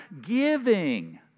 giving